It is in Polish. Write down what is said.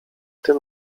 tym